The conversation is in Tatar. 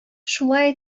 шулай